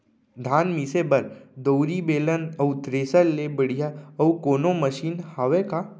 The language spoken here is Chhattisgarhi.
धान मिसे बर दउरी, बेलन अऊ थ्रेसर ले बढ़िया अऊ कोनो मशीन हावे का?